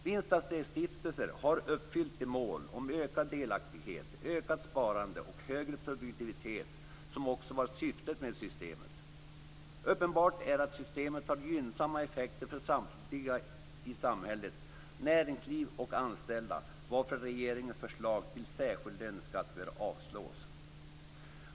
Vinstandelsstiftelser har uppfyllt de mål om ökad delaktighet, ökat sparande och högre produktivitet som också var syftet med systemet. Uppenbart är att systemet har gynnsamma effekter för samtliga i samhället, näringsliv och anställda, varför regeringens förslag till särskild löneskatt bör avslås.